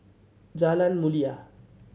Jalan Mulia